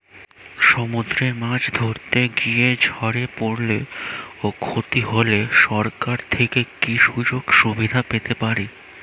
সমুদ্রে মাছ ধরতে গিয়ে ঝড়ে পরলে ও ক্ষতি হলে সরকার থেকে কি সুযোগ সুবিধা পেতে পারি?